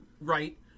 Right